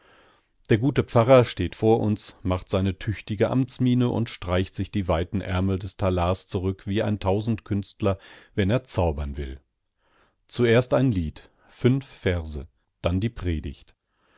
der gute pfarrer steht vor uns macht seine tüchtige amtsmiene und streicht sich die weiten ärmel des talars zurück wie ein tausendkünstler wenn er zaubern will zuerst ein lied fünf verse dann die predigt